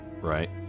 Right